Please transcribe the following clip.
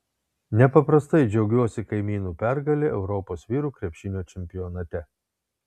nepaprastai džiaugiuosi kaimynų pergale europos vyrų krepšinio čempionate